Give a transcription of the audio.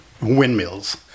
windmills